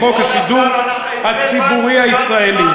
לחוק השידור הציבורי הישראלי.